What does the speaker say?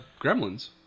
Gremlins